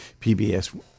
PBS